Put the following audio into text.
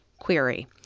query